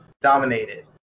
dominated